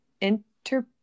inter